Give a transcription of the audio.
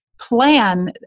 plan